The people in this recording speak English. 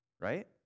Right